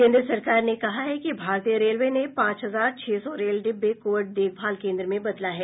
केन्द्र सरकार ने कहा है कि भारतीय रेलवे ने पांच हजार छह सौ रेल डिब्बे कोविड देखभाल केन्द्र में बदला है